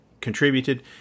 contributed